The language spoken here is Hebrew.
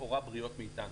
לכאורה בריאות מאיתנו.